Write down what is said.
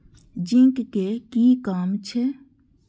Zinc के कि काम छै?